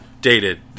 Dated